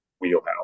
wheelhouse